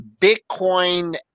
Bitcoin